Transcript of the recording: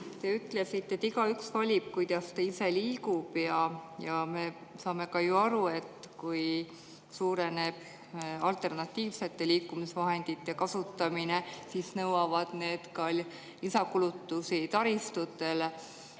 Te ütlesite, et igaüks ise valib, kuidas ta liigub. Ja me saame ju aru, et kui suureneb alternatiivsete liikumisvahendite kasutamine, siis nõuavad need ka lisakulutusi taristutele.